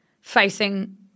facing